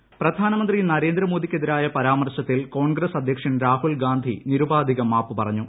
രാഹുൽ ഗാന്ധി പ്രധാനമന്ത്രി നരേന്ദ്ര മോദിക്കെതിരായ പരാമർശത്തിൽ കോൺഗ്രസ് അധ്യക്ഷൻ രാഹുൽ ഗാന്ധി നിരുപാധികം മാപ്പ് പറഞ്ഞു